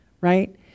right